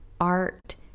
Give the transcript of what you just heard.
art